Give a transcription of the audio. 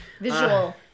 Visual